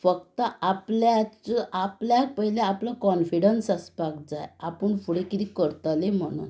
फकत आपल्याक आपल्याक पयलो आपलो कोन्फिडेंस आसपाक जाय आपूण फुडें कितें करतलीं म्हणून